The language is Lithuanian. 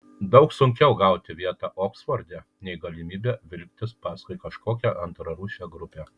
daug sunkiau gauti vietą oksforde nei galimybę vilktis paskui kažkokią antrarūšę grupę